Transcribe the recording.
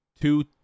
Two